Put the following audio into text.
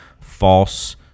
false